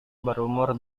berumur